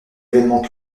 évènements